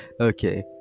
Okay